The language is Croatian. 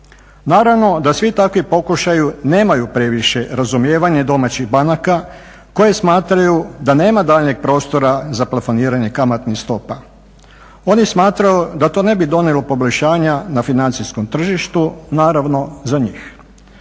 Naravno da svi takvi pokušaji nemaju previše razumijevanje domaćih banaka koje smatraju da nema daljnjeg prostora za plafoniranje kamatnih stopa. Oni smatraju da to ne bi donijelo poboljšanja na financijskom tržištu, naravno za njih.